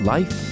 Life